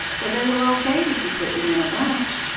but they will all fade if you put them in a bunch.